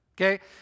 okay